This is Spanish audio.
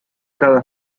cada